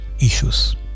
issues